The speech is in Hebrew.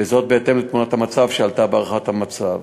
וזאת בהתאם לתמונת המצב שעלתה בהערכת המצב.